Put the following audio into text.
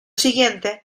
siguiente